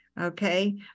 okay